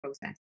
process